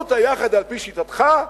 מהות היחד, על-פי שיטתך,